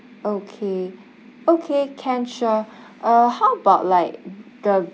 okay okay can sure uh how about like the